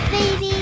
Baby